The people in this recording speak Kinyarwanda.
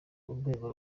urwego